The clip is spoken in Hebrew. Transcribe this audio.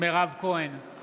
מירב כהן, בעד מתן כהנא, בעד רון